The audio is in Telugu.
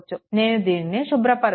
నేను దీనిని శుభ్రపరుస్తాను